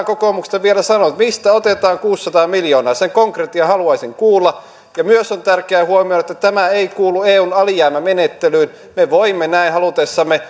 kokoomuksesta vielä sanonut mistä otetaan kuusisataa miljoonaa sen konkretian haluaisin kuulla ja myös on tärkeää huomioida että tämä ei kuulu eun alijäämämenettelyyn me voimme näin halutessamme